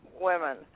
women